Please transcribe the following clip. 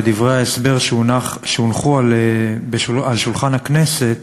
בדברי ההסבר שהונחו על שולחן הכנסת,